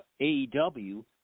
AEW